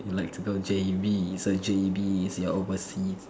and you like to J_B so J_B is your overseas